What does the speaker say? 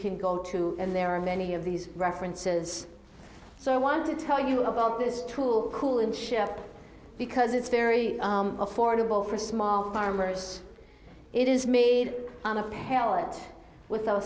can go to and there are many of these references so i want to tell you about this tool cool and share because it's very affordable for small farmers it is made on a pellet with